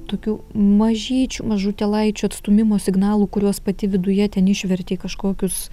tokių mažyčių mažutėlaičių atstūmimo signalų kuriuos pati viduje ten išverti į kažkokius